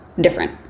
different